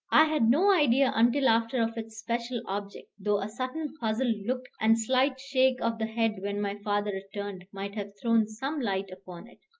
i had no idea until after of its special object though a certain puzzled look and slight shake of the head when my father returned, might have thrown some light upon it.